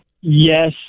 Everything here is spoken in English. Yes